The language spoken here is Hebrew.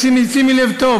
שימי לב היטב.